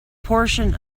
portion